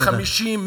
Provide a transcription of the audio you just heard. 50,